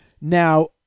Now